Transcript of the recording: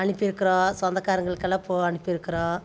அனுப்பிருக்கிறோம் சொந்தக்காரவங்களுக்கெல்லாம் அனுப்பிருக்கிறோம்